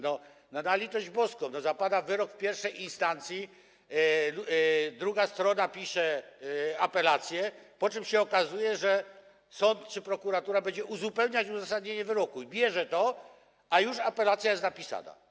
No, na litość boską, zapada wyrok w pierwszej instancji, druga strona pisze apelację, po czym się okazuje, że sąd czy prokuratura będą uzupełniać uzasadnienie wyroku i biorą to, a już apelacja jest napisana.